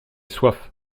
soif